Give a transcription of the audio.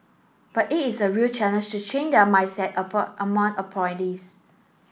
but it is a real challenge to change their mindset among